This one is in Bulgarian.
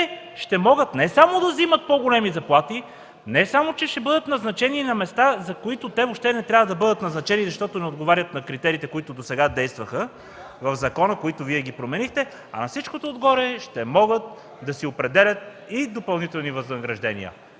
ще могат не само да вземат по-големи заплати, не само че ще бъдат назначени на места, на които въобще не трябва да бъдат назначени, защото не отговарят на критериите, които досега действаха в закона, които Вие променихте, а на всичкото отгоре ще могат да си определят и допълнителни възнаграждения.